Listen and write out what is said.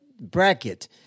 bracket